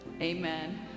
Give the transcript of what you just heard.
Amen